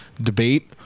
debate